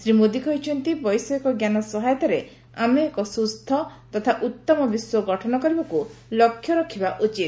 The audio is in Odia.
ଶ୍ରୀ ମୋଦୀ କହିଛନ୍ତି ବୈଷୟିକ ଜ୍ଞାନ ସହାୟତାରେ ଆମେ ଏକ ସ୍କୁସ୍ଥ ତଥା ଉତ୍ତମ ବିଶ୍ୱ ଗଠନ କରିବାକୁ ଲକ୍ଷ୍ୟ ରଖିବା ଉଚିତ